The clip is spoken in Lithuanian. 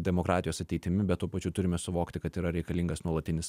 demokratijos ateitimi bet tuo pačiu turime suvokti kad yra reikalingas nuolatinis